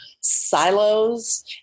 silos